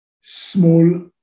small